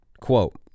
quote